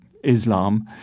Islam